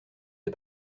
des